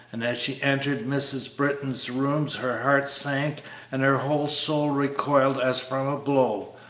and as she entered mrs. britton's rooms her heart sank and her whole soul recoiled as from a blow.